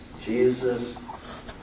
Jesus